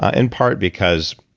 ah in part because,